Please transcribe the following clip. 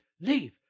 leave